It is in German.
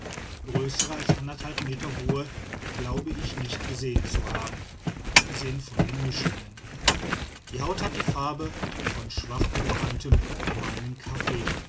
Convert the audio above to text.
größere als anderthalb meter hohe glaube ich nicht gesehen zu haben abgesehen von den mischlingen die haut hat die farbe von schwach gebranntem gemahlenem kaffee